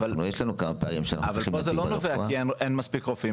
אבל פה זה לא נובע מכך שאין מספיק רופאים,